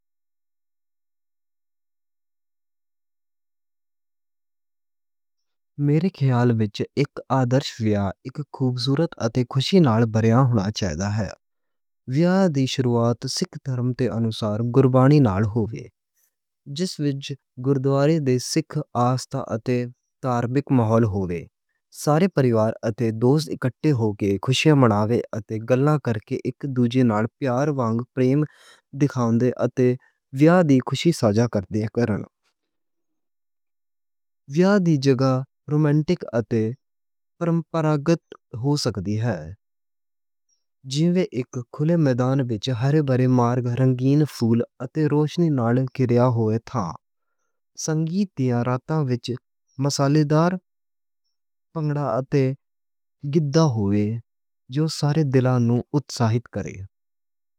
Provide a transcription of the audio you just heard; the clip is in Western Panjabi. میرے خیال وچ آدرش ویاہ اک خوبصورت اتے کوشش نال بڑا جوش لے کے شروعات سکھ ترم تے انُسار گربانی نال ہوے۔ جس وچ گوردوارے دے سکھ آستھا اتے دھارمک ماحول ہوے، گربانی واجے۔ سارے پریوار اتے دوست اکٹھے ہو کے، گلاں کر کے، اک دوجے نال پیار بناؤن، خوشیاں سانجھا کرن۔ ویاہ دی جگہ رومانٹک اتے پرمپراگت ہو سکدی اے، جے اک کھلے میدان وچ رنگین پھلاں اتے روشنی نال سجایا ہوے۔ سنگیتیاں راتاں وچ مسالے دار بھنگڑا اتے گِدھا ہوے۔ جو سارے دلاں نوں اتساہت کرے۔